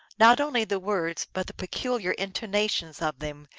not only the words, but the peculiar intonations of them,